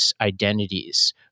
Identities